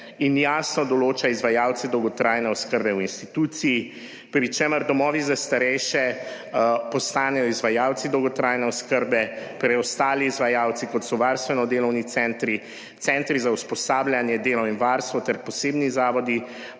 in jasno določa izvajalce dolgotrajne oskrbe v instituciji, pri čemer domovi za starejše postanejo izvajalci dolgotrajne oskrbe, preostali izvajalci kot so varstveno delovni centri, centri za usposabljanje, delo in varstvo ter posebni zavodi,